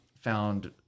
found